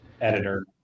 editor